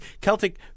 Celtic